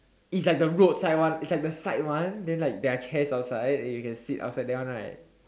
it's like the road side one it's like the side one then like there are chairs outside that you can sit outside that one right